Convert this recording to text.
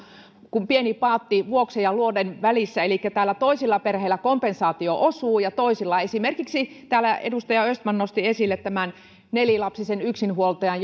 kuin pieni paatti vuoksen ja luoteen välissä elikkä toisille perheille kompensaatio osuu ja toisille täällä edustaja östman nosti esille esimerkiksi nelilapsisen yksinhuoltajan